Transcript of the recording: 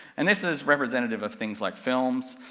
and this is representative of things like films,